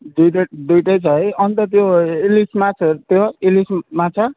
दुइटै दुइटै छ है अनि त त्यो इलिस माछाहरू त्यो इलिस माछा